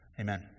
Amen